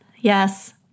Yes